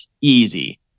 easy